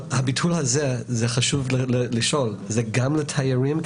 הביטול הזה, חשוב לשאול, זה גם לתיירים?